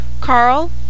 Carl